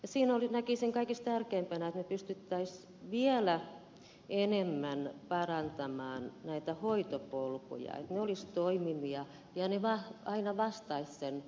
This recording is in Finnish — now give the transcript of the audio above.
siinä näkisin kaikista tärkeimpänä sen että me pystyisimme vielä enemmän parantamaan näitä hoitopolkuja että ne olisivat toimivia ja ne aina vastaisivat kunkin ihmisen hoidontarpeeseen